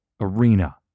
Arena